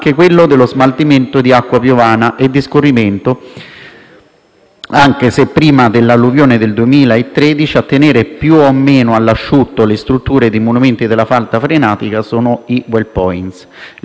anche se prima dell'alluvione del 2013 a tenere più o meno all'asciutto le strutture dei monumenti della falda freatica sono stati i *wellpoint*. Le chiedo quali iniziative intenda mettere in atto